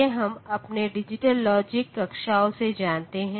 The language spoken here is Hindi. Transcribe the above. ये हम अपने डिजिटल लॉजिक कक्षाओं से जानते हैं